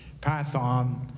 Python